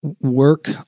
work